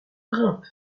grimpe